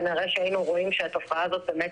כנראה שהיינו רואים שהתופעה הזאת באמת